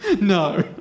No